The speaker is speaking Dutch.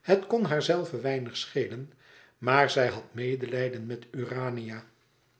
het kon haar zelve weinig schelen maar zij had medelijden met urania